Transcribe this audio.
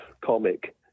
comic